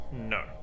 No